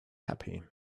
happy